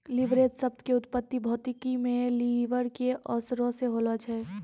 leverage शब्द के उत्पत्ति भौतिकी मे लिवर के असरो से होलो छै